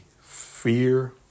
fear